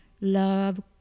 love